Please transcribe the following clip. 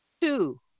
Two